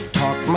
talk